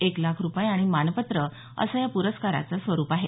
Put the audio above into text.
एक लाख रुपये आणि मानपत्र असं या पुरस्काराचं स्वरुप आहे